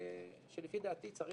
שלפי דעתי,